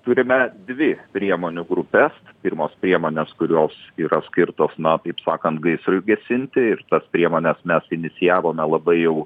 turime dvi priemonių grupes pirmos priemonės kurios yra skirtos na taip sakant gaisrui gesinti ir tas priemones mes inicijavome labai jau